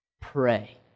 Pray